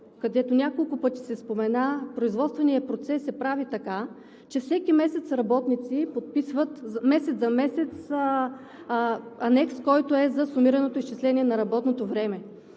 което няколко пъти се спомена, производственият процес се прави така, че всеки месец работници подписват месец за месец анекс, който е за сумираното изчисление на работното време.